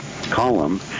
column